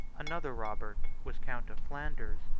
another robert was count of flanders,